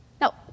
Now